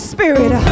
Spirit